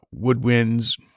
woodwinds